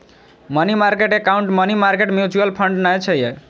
money market account money market mutual fund नै छियै